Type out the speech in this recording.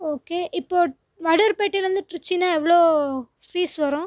okay இப்போது வடுகர்பேட்டைலேந்து திரிச்சினா எவ்வளோ ஃபீஸ் வரும்